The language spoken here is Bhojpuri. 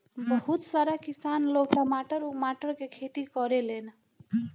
बहुत सारा किसान लोग टमाटर उमाटर के खेती करेलन